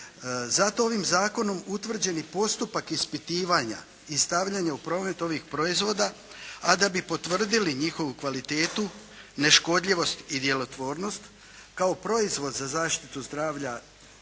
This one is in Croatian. Zato ovim zakonom utvrđeni postupak ispitivanja i stavljanja u promet ovih proizvoda a da bi potvrdili njihovu kvalitetu neškodljivost i djelotvornost, kao proizvod za zaštitu zdravlja